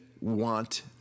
want